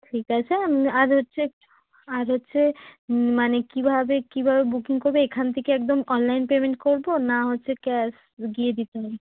ঠিক আছে আর হচ্ছে আর হচ্ছে মানে কিভাবে কিভাবে বুকিং করবো এখান থেকে একদম অনলাইন পেমেন্ট করবো না হচ্ছে ক্যাশ গিয়ে দিতে হবে